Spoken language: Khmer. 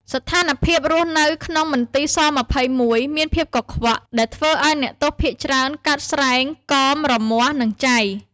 ស្ថានភាពរស់នៅក្នុងមន្ទីរ ស-២១ មានភាពកខ្វក់ ដែលធ្វើឱ្យអ្នកទោសភាគច្រើនកើតស្រែង កមរមាស់ និងចៃ ។